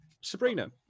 Sabrina